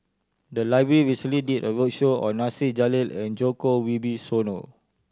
the library recently did a roadshow on Nasir Jalil and Djoko Wibisono